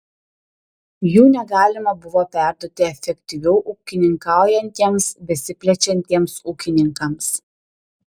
jų negalima buvo perduoti efektyviau ūkininkaujantiems besiplečiantiems ūkininkams